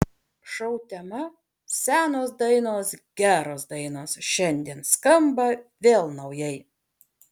šou tema senos dainos geros dainos šiandien skamba vėl naujai